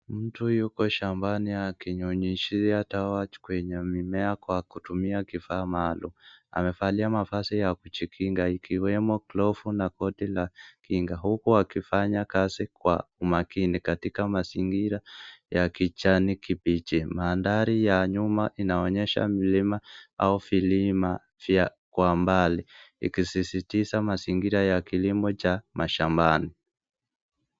Mtu yuko shambani akinyunyizia dawa kwenye mimea kwa kutumia kifaa maalum. Amefalia mavazi ya kujikinga ikiwemo glovu na koti la kinga huku akifanya kazi kwa umakini katika mazingira ya kijani kibichi. Mandhari ya nyuma inaonyesha milima au vilima vya kwa mbali ikisisitiza mazingira ya kilimo cha mashambani.